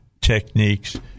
techniques